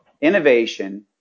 innovation